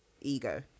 ego